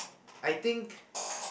I think